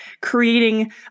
creating